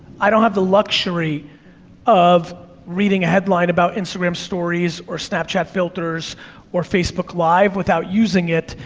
i don't have the luxury of reading a headline about instagram stories or snapchat filters or facebook live without using it,